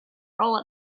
role